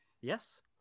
yes